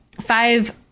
five